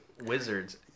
Wizards